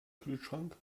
kühlschrank